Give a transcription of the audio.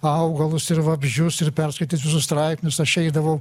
augalus ir vabzdžius ir perskaityt visus straipsnius aš eidavau